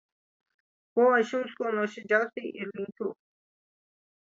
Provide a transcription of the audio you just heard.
ko aš jums kuo nuoširdžiausiai ir linkiu